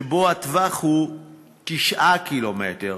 שבו הטווח הוא 9 קילומטרים,